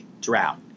drought